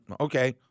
okay